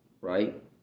right